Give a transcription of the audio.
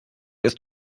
ist